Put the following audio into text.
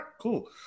Cool